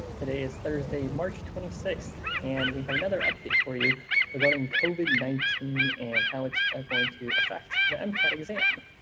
today is thursday, march twenty six, and we have another update for you regarding covid nineteen and how it's ah going to affect the mcat exam.